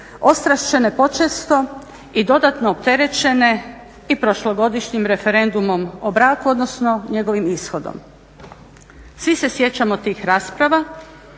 ostrašćene počesto i dodatno opterećene i prošlogodišnjim referendumom o braku, odnosno njegovim ishodom. Svi se sjećamo tih rasprava,